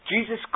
Jesus